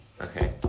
Okay